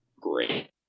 great